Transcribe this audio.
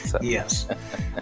Yes